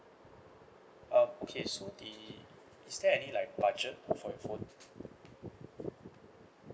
uh okay so the is there any like budget for your phone